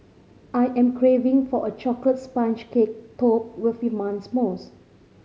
I am craving for a chocolate sponge cake topped with mousse